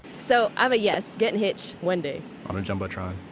so i'm a yes. getting hitched. one day. on a jumbotron.